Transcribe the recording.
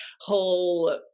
whole